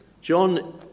John